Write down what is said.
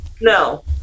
No